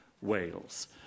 Wales